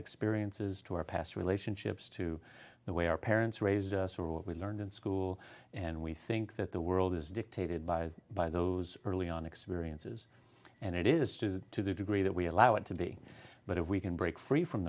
experiences to our past relationships to the way our parents raised sort of what we learned in school and we think that the world is dictated by by those early on experiences and it is to the degree that we allow it to be but if we can break free from